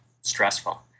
stressful